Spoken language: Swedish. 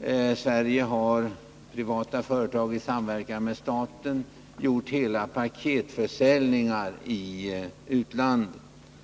59 Svenska privata företag har i samverkan med staten gjort hela paketförsäljningar i utlandet.